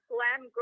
Glam